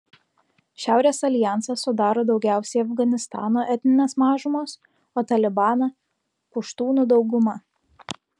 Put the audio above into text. šiaurės aljansą sudaro daugiausiai afganistano etninės mažumos o talibaną puštūnų dauguma